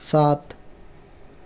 सात